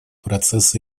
процесса